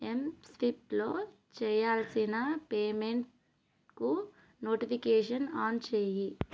ఎం స్వి ప్లో చేయాల్సిన పేమెంట్కు నోటిఫికేషన్ ఆన్ చేయి